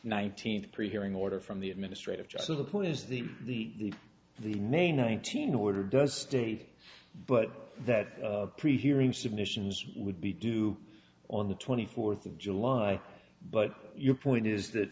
nineteenth pre hearing order from the administrative judge to the point is the the name nineteen order does state but that pre hearing submissions would be due on the twenty fourth of july but your point is that